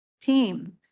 team